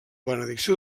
benedicció